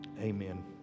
amen